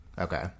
okay